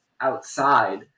outside